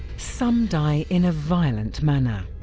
some die in a violent manner,